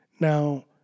Now